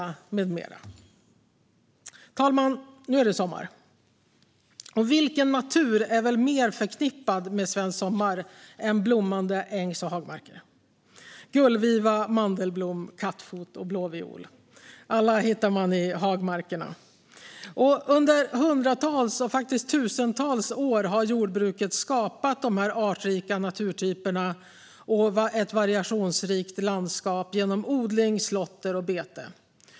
Fru talman! Nu är det sommar. Och vilken natur är väl mer förknippad med svensk sommar än blommande ängs och hagmarker? Gullviva, mandelblom, kattfot och blå viol - alla hittar man i hagmarkerna. Under hundratals och faktiskt tusentals år har jordbruket skapat de här artrika naturtyperna och ett variationsrikt landskap genom odling, slåtter och bete.